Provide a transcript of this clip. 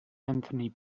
anthony